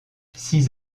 six